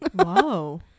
Whoa